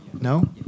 No